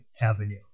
Avenue